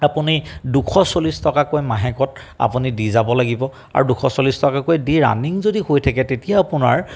আপুনি দুশ চল্লিছ টকাকৈ মাহেকত আপুনি দি যাব লাগিব আৰু দুশ চল্লিছ টকাকৈ দি ৰানিং যদি হৈ থাকে তেতিয়া আপোনাৰ